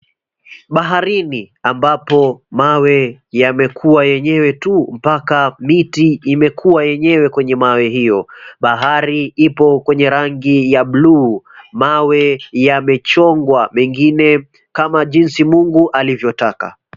Baharini ,ambapo mawe yamekuwa yenyewe tu, mpaka miti imekua yenyewe kwenye mawe hiyo. Bahari ipo kwenye rangi ya 𝑏𝑙𝑢𝑒 .Mawe yamechongwa mengine kama jinsi Mungu alivyo taka.